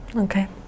Okay